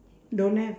don't have